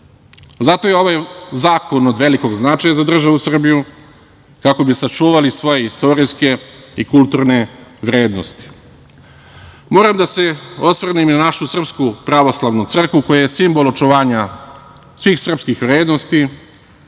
Zato je ovaj zakon od velikog značaja za državu Srbiju, kako bi sačuvali svoje istorijske i kulturne vrednosti. Moram da se osvrnem na našu SPC koja je simbol očuvanja svih srpskih vrednosti,